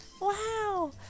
Wow